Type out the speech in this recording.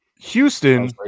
Houston